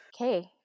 okay